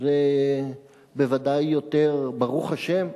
זה בוודאי יותר, ברוך השם,